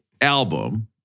album